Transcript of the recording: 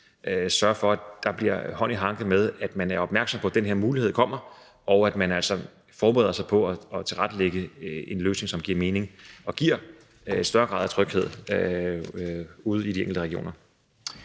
sørge for, at man vil have hånd i hanke med, at man er opmærksom på, at denne mulighed kommer, og at man altså forbereder sig på at tilrettelægge en løsning, som giver mening og giver en større grad af tryghed ude i de enkelte regioner.